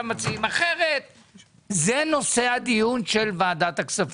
מציעים אחרת - וזה נושא הדיון של ועדת הכספים.